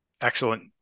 excellent